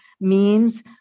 memes